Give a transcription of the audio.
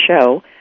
show